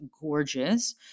gorgeous